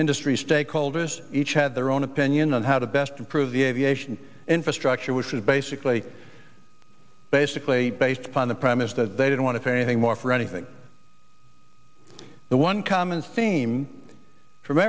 industry stakeholders each had their own opinion on how to best improve the aviation infrastructure which is basically basically based upon the premise that they didn't want to pay anything more for anything the one common theme from